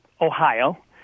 Ohio